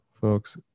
Folks